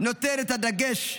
נותן את הדגש.